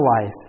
life